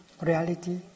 reality